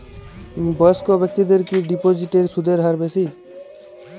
বয়স্ক ব্যেক্তিদের কি ডিপোজিটে সুদের হার বেশি?